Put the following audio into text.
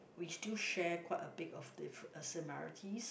we still share quite a big of the uh similarities